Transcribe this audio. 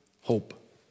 hope